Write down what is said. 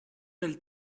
mêle